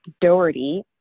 Doherty